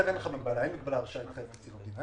זה הרשאה להתחייב, מה זה לא --- אם